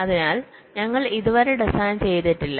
അതിനാൽ ഞങ്ങൾ ഇതുവരെ ഡിസൈൻ ചെയ്തിട്ടില്ല